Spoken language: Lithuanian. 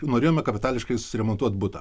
norėjome kapitališkai suremontuot butą